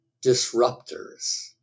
disruptors